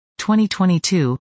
2022